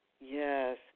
Yes